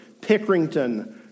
Pickerington